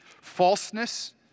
falseness